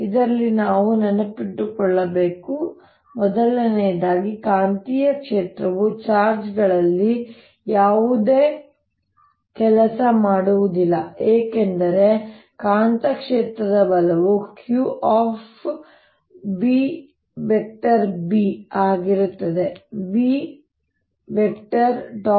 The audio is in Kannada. ಇದರಲ್ಲಿ ನಾವು ನೆನಪಿನಲ್ಲಿಟ್ಟುಕೊಳ್ಳಬೇಕು ಸಂಖ್ಯೆ 1 ಕಾಂತೀಯ ಕ್ಷೇತ್ರವು ಚಾರ್ಜ್ಗಳಲ್ಲಿ ಯಾವುದೇ ಕೆಲಸ ಮಾಡುವುದಿಲ್ಲ ಏಕೆಂದರೆ ಕಾಂತಕ್ಷೇತ್ರದ ಬಲವು qvB ಆಗಿರುತ್ತದೆ ಮತ್ತು v